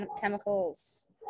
chemicals